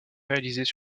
réalisées